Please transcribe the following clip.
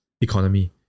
economy